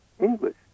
English